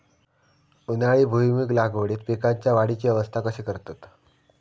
उन्हाळी भुईमूग लागवडीत पीकांच्या वाढीची अवस्था कशी करतत?